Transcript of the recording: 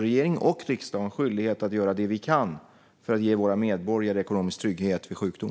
Regering och riksdag har en skyldighet att göra det vi kan för att ge våra medborgare ekonomisk trygghet vid sjukdom.